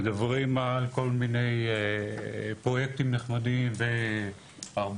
מדברים על כל מיני פרויקטים נחמדים והרבה